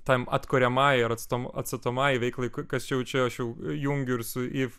tam atkuriamajai ar at atstatomajai veiklai kas jau čia aš jau jungiu ir su if